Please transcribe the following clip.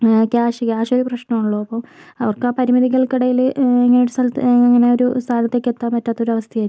cash cash പ്രശ്നം ആണല്ലൊ അപ്പം അവർക്ക് ആ പരിമിതികൾക്ക് ഇടയില് ഇങ്ങനെ ഒര് സ്ഥലത്ത് ഇങ്ങനെ ഒരു സ്ഥലത്തേക്ക് എത്താൻ പറ്റാത്ത അവസ്ഥ ആയിരിക്കും